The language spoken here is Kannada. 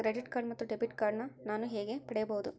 ಕ್ರೆಡಿಟ್ ಕಾರ್ಡ್ ಮತ್ತು ಡೆಬಿಟ್ ಕಾರ್ಡ್ ನಾನು ಹೇಗೆ ಪಡೆಯಬಹುದು?